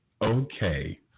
Okay